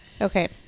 Okay